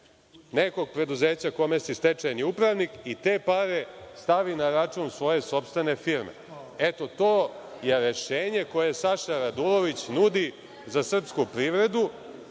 nekog preduzeća kome si stečajni upravnik i te pare stavi na račun svoje sopstvene firme. Eto, to je rešenje koje Saša Radulović nudi za srpsku privredu,